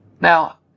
Now